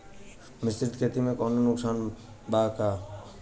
मिश्रित खेती से कौनो नुकसान बा?